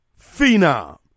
Phenom